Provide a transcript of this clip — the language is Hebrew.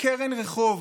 בקרן רחוב